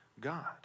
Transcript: God